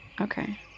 Okay